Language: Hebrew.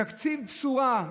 תקציב בשורה.